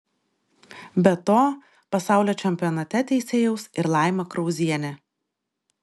be to pasaulio čempionate teisėjaus ir laima krauzienė